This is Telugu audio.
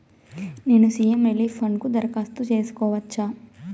నేను సి.ఎం రిలీఫ్ ఫండ్ కు దరఖాస్తు సేసుకోవచ్చా?